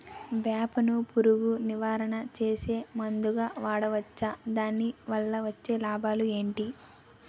వేప ను పురుగు నివారణ చేసే మందుగా వాడవచ్చా? దాని వల్ల వచ్చే లాభాలు ఏంటి?